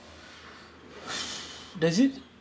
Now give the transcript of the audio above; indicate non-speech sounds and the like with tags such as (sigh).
(breath) does it